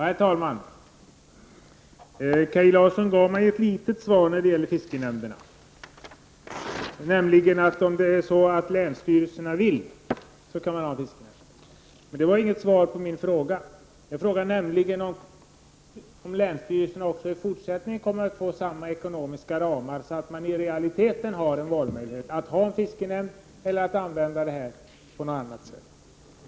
Herr talman! Kaj Larsson gav mig ett litet svar när det gäller fiskenämnderna, att det är upp till länsstyrelserna att avgöra om de skall ha fiskenämnder. Men det var inget svar på min fråga. Jag frågade nämligen om länsstyrelserna också i fortsättningen kommer att ha samma ekonomiska ramar, så att man i realiteten har en valmöjlighet när det gäller att ha en fiskenämnd eller att använda pengarna på annat sätt.